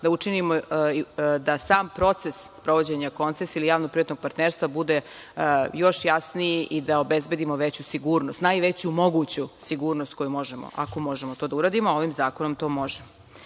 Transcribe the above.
da učinimo da sam proces sprovođenja koncesija ili javno-privatnog partnerstva bude još jasniji i da obezbedimo veću sigurnost. Najveću moguću sigurnost koju možemo, ako možemo to da uradimo, a ovim zakonom to možemo. Takođe,